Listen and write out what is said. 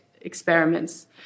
experiments